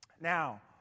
Now